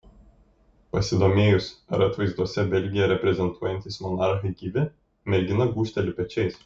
pasidomėjus ar atvaizduose belgiją reprezentuojantys monarchai gyvi mergina gūžteli pečiais